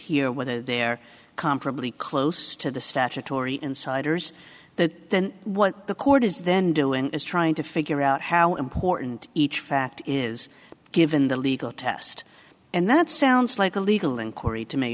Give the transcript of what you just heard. or whether they're comparably close to the statutory insiders that what the court is then doing is trying to figure out how important each fact is given the legal test and that sounds like a legal and corey to me